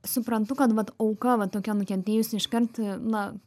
suprantu kad vat auka va tokia nukentėjusi iškart na